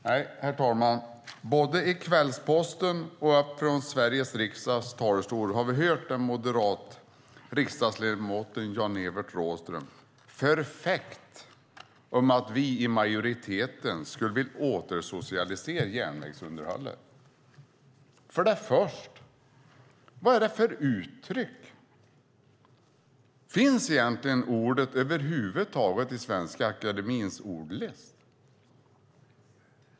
Nej, herr talman, både i Kvällsposten och från Sveriges riksdags talarstol har vi hört den moderata riksdagsledamoten Jan-Evert Rådhström förfäkta att vi i majoriteten skulle vilja återsocialisera järnvägsunderhållet. För det första: Vad är det för uttryck? Finns ordet över huvud taget i Svenska akademiens ordlista?